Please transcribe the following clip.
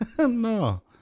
No